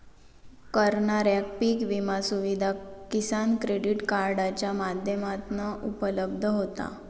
करणाऱ्याक पीक विमा सुविधा किसान क्रेडीट कार्डाच्या माध्यमातना उपलब्ध होता